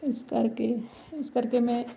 ਇਸ ਕਰਕੇ ਇਸ ਕਰਕੇ ਮੈਂ